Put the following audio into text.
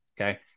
Okay